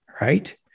Right